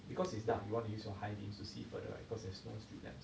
because it's dark you want to use your high beams to see further because there's no street lamps